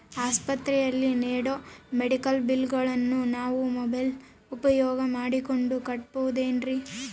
ಆಸ್ಪತ್ರೆಯಲ್ಲಿ ನೇಡೋ ಮೆಡಿಕಲ್ ಬಿಲ್ಲುಗಳನ್ನು ನಾವು ಮೋಬ್ಯೆಲ್ ಉಪಯೋಗ ಮಾಡಿಕೊಂಡು ಕಟ್ಟಬಹುದೇನ್ರಿ?